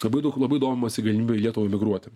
labai daug labai domimasi galimybių į lietuvą emigruoti